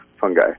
fungi